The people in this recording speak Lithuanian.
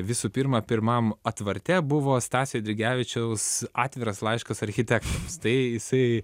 visų pirma pirmam atvarte buvo stasio eidrigevičiaus atviras laiškas architektams tai jisai